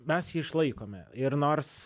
mes jį išlaikome ir nors